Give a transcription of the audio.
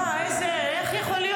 איפה?